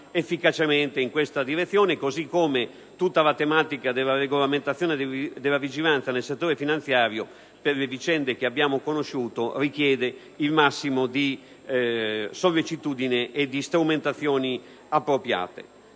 efficacemente in questa direzione. Allo stesso modo la tematica della regolamentazione e della vigilanza sul settore finanziario, per le vicende che abbiamo conosciuto, richiede la massima sollecitudine e strumentazioni appropriate.